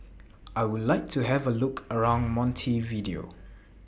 I Would like to Have A Look around Montevideo